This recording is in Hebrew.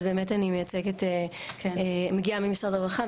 אז באמת אני מגיעה ממשרד הרווחה,